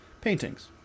paintings